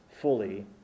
fully